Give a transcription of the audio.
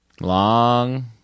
long